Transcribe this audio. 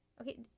Okay